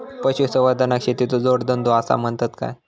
पशुसंवर्धनाक शेतीचो जोडधंदो आसा म्हणतत काय?